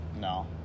No